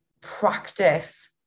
practice